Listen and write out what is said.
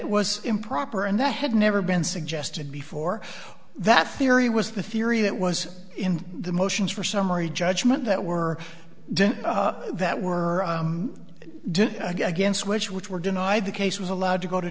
it was improper and that had never been suggested before that theory was the theory that was the motions for summary judgment that were that were against which which were denied the case was allowed to go to